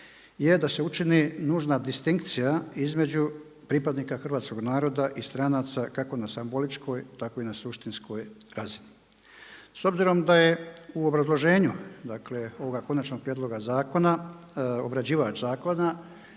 je da se učini nužna distinkcija između pripadnika hrvatskog naroda i stranaca kako na simboličkoj, tako i na suštinskoj razini. S obzirom da je u obrazloženju, dakle ovoga konačnog prijedloga zakona obrađivač zakona